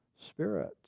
spirit